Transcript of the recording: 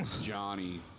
Johnny